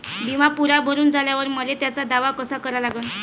बिमा पुरा भरून झाल्यावर मले त्याचा दावा कसा करा लागन?